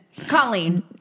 Colleen